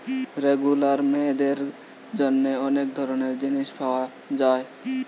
regular মেয়েদের জন্যে অনেক ধরণের জিনিস পায়া যায়